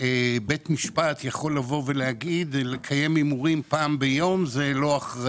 בית משפט יכול לבוא ולהגיד לקיים הימורים פעם ביום זה לא אחראי.